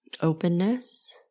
openness